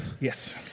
Yes